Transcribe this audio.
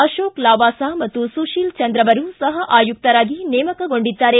ಅಶೋಕ ಲಾವಾಸಾ ಮತ್ತು ಸುಶೀಲ್ ಚಂದ್ರ ಅವರು ಸಹ ಆಯುಕ್ತರಾಗಿ ನೇಮಕಗೊಂಡಿದ್ದಾರೆ